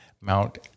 Mount